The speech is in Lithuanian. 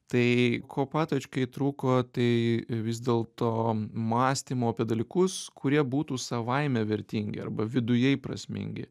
tai ko patočkai trūko tai vis dėl to mąstymo apie dalykus kurie būtų savaime vertingi arba vidujai prasmingi